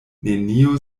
neniu